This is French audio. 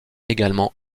également